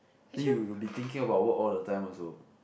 then you you'll be thinking about work all the time also